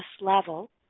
level